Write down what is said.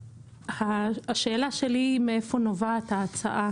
השאלה היא מאיפה נובעת ההצעה